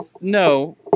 no